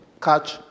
catch